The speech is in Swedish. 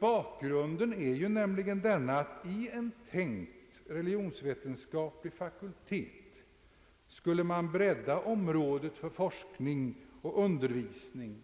Bakgrunden är ju nämligen denna att i en tänkt religionsvetenskaplig fakultet skulle man bredda området för forskning och undervisning